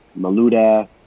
Maluda